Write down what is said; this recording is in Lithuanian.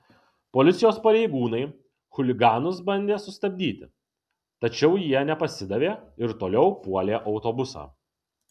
policijos pareigūnai chuliganus bandė sustabdyti tačiau jie nepasidavė ir toliau puolė autobusą